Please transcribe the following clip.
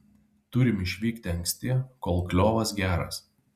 turim išvykti anksti kol kliovas geras